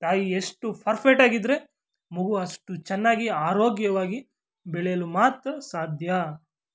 ತಾಯಿ ಎಷ್ಟು ಪರ್ಫೆಕ್ಟ್ ಆಗಿ ಇದ್ದರೆ ಮಗು ಅಷ್ಟು ಚೆನ್ನಾಗಿ ಆರೋಗ್ಯವಾಗಿ ಬೆಳೆಯಲು ಮಾತ್ರ ಸಾಧ್ಯ